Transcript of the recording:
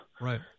Right